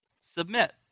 Submit